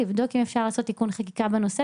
לבדוק אם אפשר לעשות תיקון חקיקה בנושא,